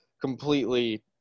completely